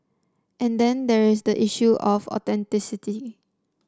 and then there is the issue of authenticity